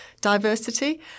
diversity